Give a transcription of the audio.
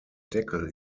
deckel